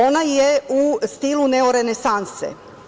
Ona je u stilu neorenesanse.